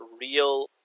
real